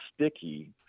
sticky